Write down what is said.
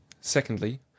Secondly